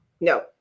No